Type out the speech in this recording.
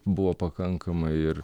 buvo pakankamai ir